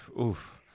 Oof